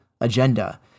agenda